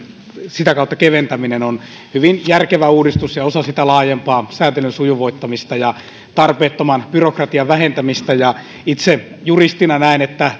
sitä kautta käsittelyn keventäminen on hyvin järkevä uudistus ja osa laajempaa sääntelyn sujuvoittamista ja tarpeettoman byrokratian vähentämistä itse juristina näen että